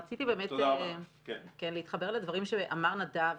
רציתי באמת להתחבר לדברים שאמר נדב,